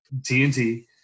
TNT